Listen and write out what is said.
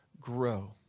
grow